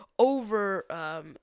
Over